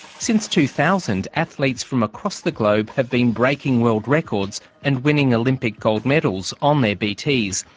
since two thousand, athletes from across the globe have been breaking world records and running olympic gold medals on their bts.